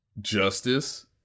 justice